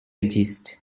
gist